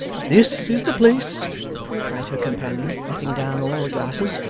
this is the place cried her companion, letting down all the glasses.